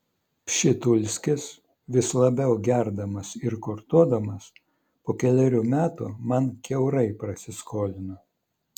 pšitulskis vis labiau gerdamas ir kortuodamas po kelerių metų man kiaurai prasiskolino